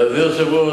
אדוני היושב-ראש,